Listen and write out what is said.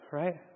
right